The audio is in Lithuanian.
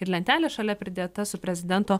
ir lentelė šalia pridėta su prezidento